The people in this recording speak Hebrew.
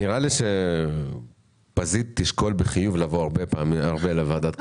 נראה לי שפזית תשקול בחיוב לבוא הרבה פעמים לוועדת הכספים.